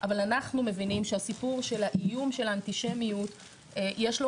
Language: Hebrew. אבל אנחנו מבינים שהסיפור של האיום של האנטישמיות יש לו